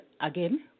again